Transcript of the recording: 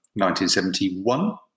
1971